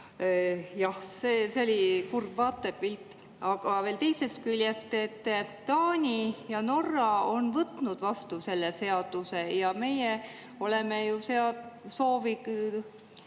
Jah, see oli kurb vaatepilt. Aga veel teisest küljest, Taani ja Norra on võtnud vastu selle seaduse ja meie oleme ju soovinud